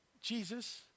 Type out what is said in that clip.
Jesus